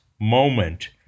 moment